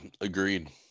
agreed